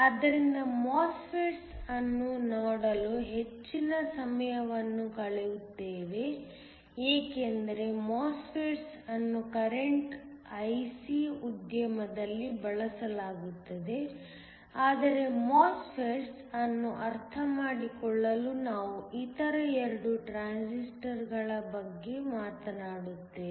ಆದ್ದರಿಂದ MOSFETS ಅನ್ನು ನೋಡಲು ಹೆಚ್ಚಿನ ಸಮಯವನ್ನು ಕಳೆಯುತ್ತೇವೆ ಏಕೆಂದರೆ MOSFETS ಅನ್ನು ಕರೆಂಟ್ IC ಉದ್ಯಮದಲ್ಲಿ ಬಳಸಲಾಗುತ್ತದೆ ಆದರೆ MOSFETS ಅನ್ನು ಅರ್ಥಮಾಡಿಕೊಳ್ಳಲು ನಾವು ಇತರ 2 ಟ್ರಾನ್ಸಿಸ್ಟರ್ ಬಗ್ಗೆ ಮಾತನಾಡುತ್ತೇವೆ